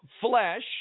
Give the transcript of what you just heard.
flesh